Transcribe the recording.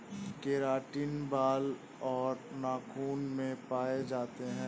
keratin बाल और नाखून में पाए जाते हैं